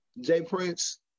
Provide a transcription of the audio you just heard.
Jay-Prince